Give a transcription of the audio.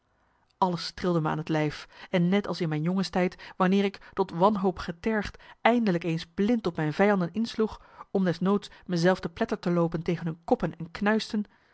alles trilde me aan het lijf en net als in mijn jongenstijd wanneer ik tot wanhoop getergd eindelijk eens blind op mijn vijanden insloeg om des marcellus emants een nagelaten bekentenis noods me zelf te pletter te loopen tegen hun koppen en knuisten